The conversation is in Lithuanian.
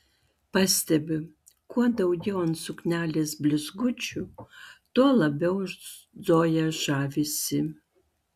pastebiu kuo daugiau ant suknelės blizgučių tuo labiau zoja žavisi